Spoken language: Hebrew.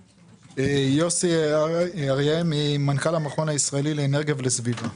יוסי אריה, מנכ"ל המכון הישראלי לאנרגיה ולסביבה.